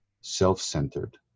self-centered